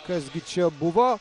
kas gi čia buvo